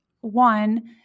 one